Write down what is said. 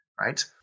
right